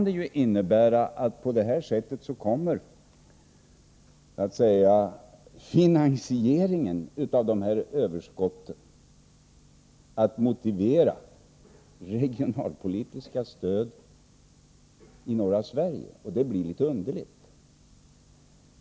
Det kan då innebära att finansieringen av överskotten kommer att motivera regionalpolitiska stöd i norra Sverige, och det blir litet underligt.